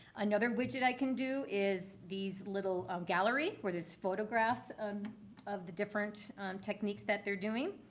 another widget i can do is these little galleries, where there's photographs of of the different techniques that they're doing.